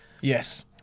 Yes